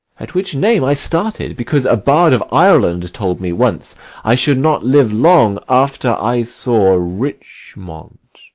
at which name i started, because a bard of ireland told me once i should not live long after i saw richmond.